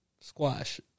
Squash